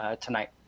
tonight